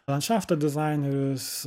landšafto dizaineris